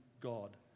God